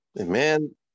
Amen